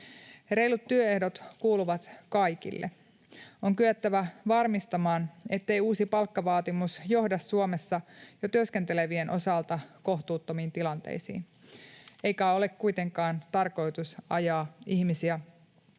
Reilut työehdot kuuluvat kaikille. On kyettävä varmistamaan, ettei uusi palkkavaatimus johda Suomessa jo työskentelevien osalta kohtuuttomiin tilanteisiin. Ei kai ole kuitenkaan tarkoitus ajaa ihmisiä